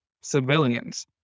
civilians